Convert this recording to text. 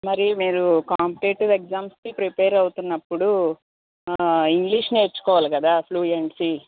మరి మీరు కాంపిటేటివ్ ఎగ్జామ్స్కి ప్రిపేర్ అవుతున్నప్పుడు ఇంగ్లీష్ నేర్చుకోవాలి కదా ఫ్లూయెన్సీ